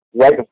right